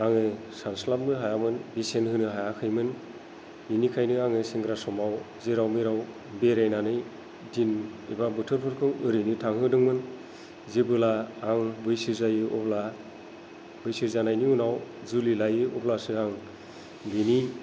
आङो सानस्लाबनो हायामोन बेसेन होनो हायाखैमोन बिनिखायनो आङो सेंग्रा समाव जेराव मेराव बेरायनानै दिन एबा बोथोरफोरखौ ओरैनो थांहोदोंमोन जेब्ला आं बैसो जायो अब्ला बैसो जानायनि उनाव जुलि लायो अब्लासो आं बिनि